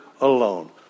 alone